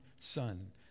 son